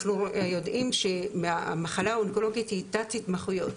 אנחנו יודעים שהמחלה האונקולוגית היא עם תת התמחויות,